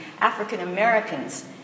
African-Americans